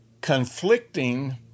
conflicting